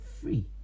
free